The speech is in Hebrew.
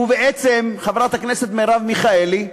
ובעצם, חברת הכנסת מרב מיכאלי,